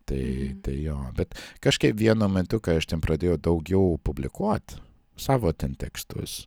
tai jo bet kažkaip vienu metu kai aš ten pradėjau daugiau publikuot savo ten tekstus